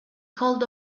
called